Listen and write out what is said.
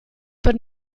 per